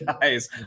guys